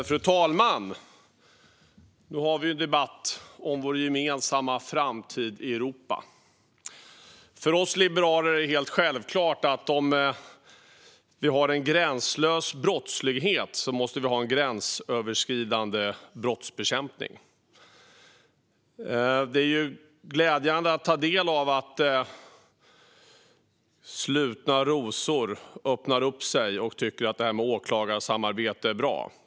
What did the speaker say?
Fru talman! Nu har vi debatt om vår gemensamma framtid i Europa. För oss liberaler är det helt självklart att om vi har en gränslös brottslighet måste vi ha en gränsöverskridande brottsbekämpning. Det är glädjande att ta del av att slutna rosor öppnar upp sig och tycker att det här med åklagarsamarbete är bra.